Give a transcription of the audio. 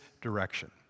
direction